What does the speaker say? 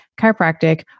chiropractic